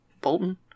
Bolton